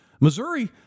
Missouri